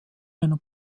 einer